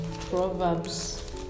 Proverbs